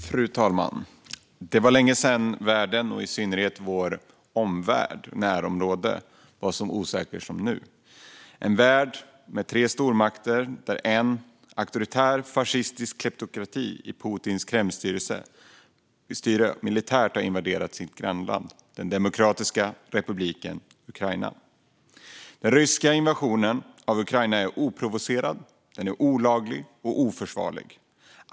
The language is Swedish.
Fru talman! Det var länge sedan det var så osäkert som nu i världen och i synnerhet i vårt närområde. Det är en värld med tre stormakter, och en av dem, en auktoritär, fascistisk kleptokrati i Putins Kremlstyre, har militärt invaderat sitt grannland, den demokratiska republiken Ukraina. Den ryska invasionen av Ukraina är oprovocerad, olaglig och oförsvarlig.